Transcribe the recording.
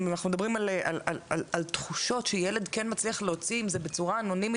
אם אנחנו מדברים על תחושות שילד כן מצליח להוציא את זה בצורה אנונימית,